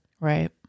Right